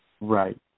Right